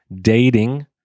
dating